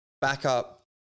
backup